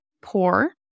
poor